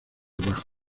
bajos